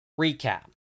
recap